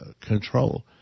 control